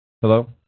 Hello